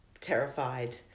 terrified